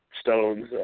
Stones